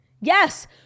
Yes